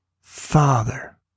Father